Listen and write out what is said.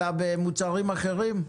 אלא במוצרים אחרים?